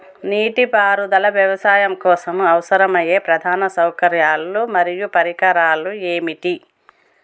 నీటిపారుదల వ్యవసాయం కోసం అవసరమయ్యే ప్రధాన సౌకర్యాలు మరియు పరికరాలు ఏమిటి?